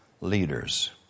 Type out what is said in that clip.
leaders